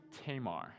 Tamar